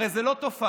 הרי זה לא תופעה.